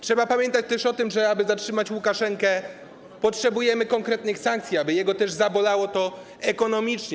Trzeba pamiętać też o tym, że aby zatrzymać Łukaszenkę, potrzebujemy konkretnych sankcji, aby jego też zabolało to ekonomicznie.